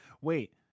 Wait